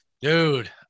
Dude